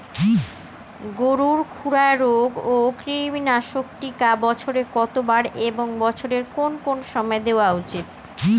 গরুর খুরা রোগ ও কৃমিনাশক টিকা বছরে কতবার এবং বছরের কোন কোন সময় দেওয়া উচিৎ?